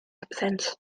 hebddynt